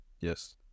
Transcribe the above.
Yes